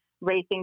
racing